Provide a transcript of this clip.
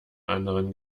anderen